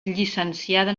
llicenciada